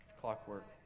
Clockwork